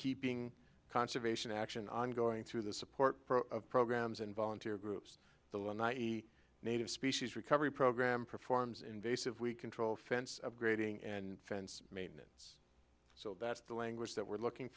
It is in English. keeping conservation action ongoing through the support programs and volunteer groups the native species recovery program performs invasive weed control fence upgrading and fence maintenance so that's the language that we're looking